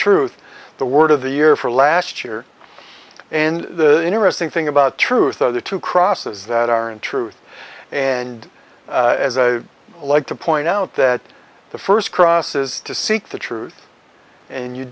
truth the word of the year for last year and the interesting thing about truth the other two crosses that are in truth and as i like to point out that the first crosses to seek the truth and you